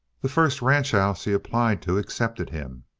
the first ranch house he applied to accepted him.